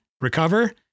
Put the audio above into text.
Recover